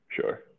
Sure